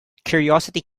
curiosity